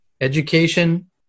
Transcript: education